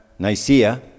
Nicaea